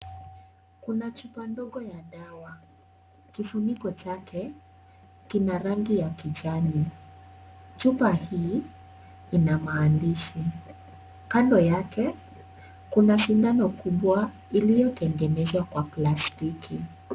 Kuna chupa ndogo ya dawa. kifuniko chake kina rangi ya kijani. chupa hii ina maandishi. kando yake kuna sindano kubwa iliyotengenezwa kwa plastiki.